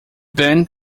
band